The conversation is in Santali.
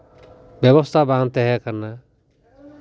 ᱵᱮᱵᱚᱥᱛᱷᱟ ᱵᱟᱝ ᱛᱟᱦᱮᱸ ᱠᱟᱱᱟ